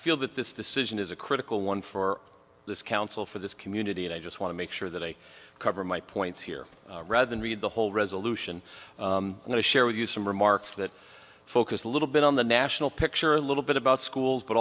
feel that this decision is a critical one for this council for this community and i just want to make sure that i cover my points here rather than read the whole resolution going to share with you some remarks that focus a little bit on the national picture a little bit about schools but